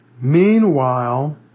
Meanwhile